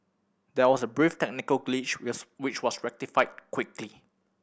there was a brief technical glitch which was rectified quickly